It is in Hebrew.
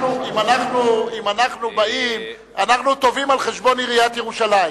אנחנו טובים על-חשבון עיריית ירושלים.